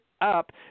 up